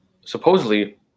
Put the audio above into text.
supposedly